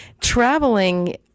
traveling